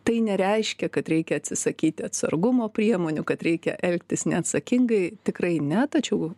tai nereiškia kad reikia atsisakyti atsargumo priemonių kad reikia elgtis neatsakingai tikrai ne tačiau